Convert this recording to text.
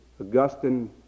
Augustine